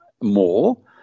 more